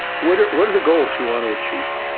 what are what are the goals you want to achieve?